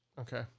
Okay